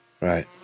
Right